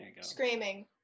screaming